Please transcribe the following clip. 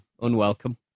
Unwelcome